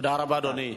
תודה רבה, אדוני.